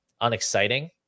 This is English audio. unexciting